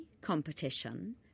competition